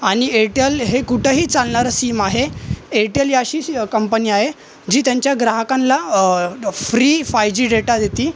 आणि एयरटेल हे कुठंही चालणारं सीम आहे एयरटेल ही अशी शी कंपनी आहे जी त्यांच्या ग्राहकानला फ्री फाय जी डेटा देती